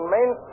Main